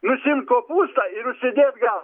nusiimt kopūstą ir užsidėt gal